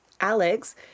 Alex